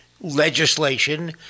legislation